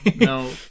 No